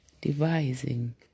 devising